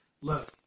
look